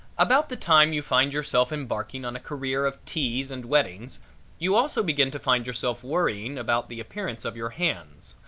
about the time you find yourself embarking on a career of teas and weddings you also begin to find yourself worrying about the appearance of your hands.